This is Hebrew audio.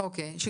זה מה שדובר פה.